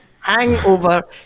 Hangover